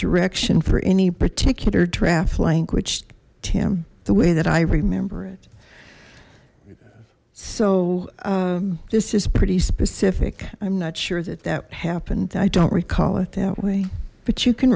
direction for any particular draft language tim the way that i remember it so this is pretty specific i'm not sure that that happened i don't recall it that way but you can